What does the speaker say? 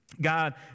God